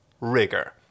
rigor